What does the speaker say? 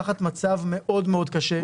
תחת מצב מאוד קשה.